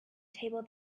table